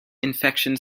infection